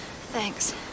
Thanks